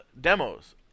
demos